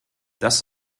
das